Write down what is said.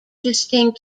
distinct